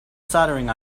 soldering